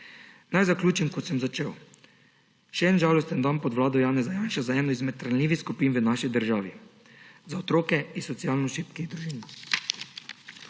Naj zaključim, kot sem začel. Še en žalosten dan pod vlado Janeza Janše za eno izmed ranljivih skupin v naši državi – za otroke iz socialno šibkih družin.